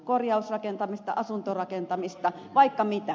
korjausrakentamista asuntorakentamista vaikka mitä